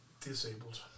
Disabled